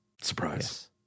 Surprise